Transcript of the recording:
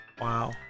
Wow